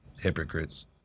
hypocrites